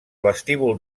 vestíbul